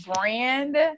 brand